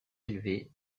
élevé